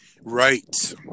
Right